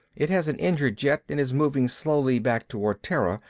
it has an injured jet and is moving slowly back toward terra,